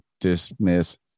dismiss